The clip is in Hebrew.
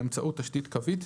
באמצעות תשתית קווית,